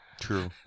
True